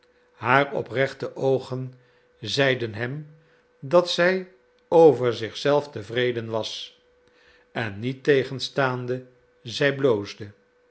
haar oprechte oogen zeiden hem dat zij over zich zelf tevreden was en niettegenstaande zij bloosde